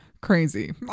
Crazy